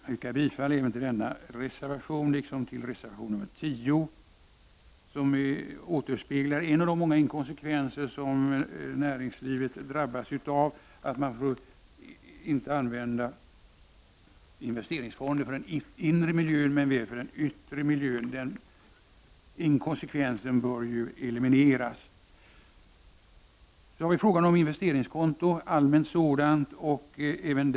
Jag yrkar bifall även till denna reservation liksom till reservation 10, som återspeglar en av de många inkonsekvenser som näringslivet drabbas av, nämligen detta att man inte får använda investeringsfonder för den inre miljön men väl för den yttre miljön. Denna inkonsekvens bör ju elimineras. Så har vi frågan om tidpunkten för inbetalning på allmänt investeringskonto.